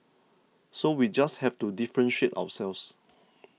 so we just have to differentiate ourselves